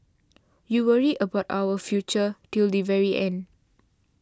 you worry about our future till the very end